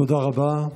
תודה רבה.